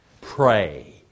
pray